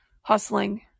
hustling